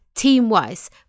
Team-wise